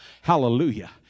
Hallelujah